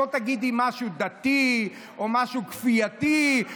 לא תגידי משהו דתי או משהו כפייתי.